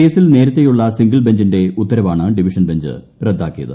കേസിൽ നേരത്തെയുള്ള സിംഗിൾ ബെഞ്ചിന്റെ ഉത്തരവാണ് ഡിവിഷൻ ബെഞ്ച് റദ്ദാക്കിയത്